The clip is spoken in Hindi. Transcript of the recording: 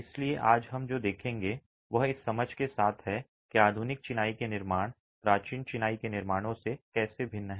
इसलिए आज हम जो देखेंगे वह इस समझ के साथ है कि आधुनिक चिनाई के निर्माण प्राचीन चिनाई के निर्माणों से कैसे भिन्न हैं